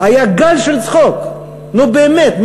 היה גל של צחוק: נו באמת,